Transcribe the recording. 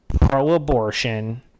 pro-abortion